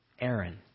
Aaron